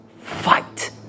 fight